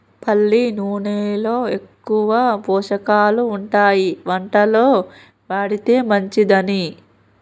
పల్లి నూనెలో ఎక్కువ పోషకాలు ఉంటాయి వంటలో వాడితే మంచిదని